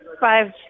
Five